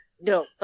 No